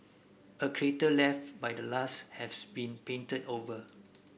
a crater left by the last has been painted over